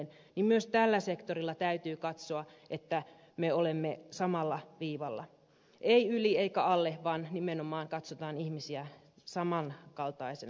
niin että myös tällä sektorilla täytyy katsoa että olemme samalla viivalla ei yli eikä alle vaan nimenomaan katsotaan ihmisiä saman kaltaisina